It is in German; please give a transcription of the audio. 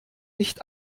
nicht